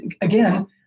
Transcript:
Again